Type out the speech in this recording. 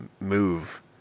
move